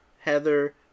Heather